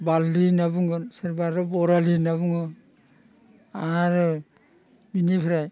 बारलि होनना बुंगोन सोरबा आरो बरालि होनना बुङो आरो बेनिफ्राय